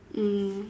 mm